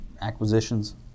acquisitions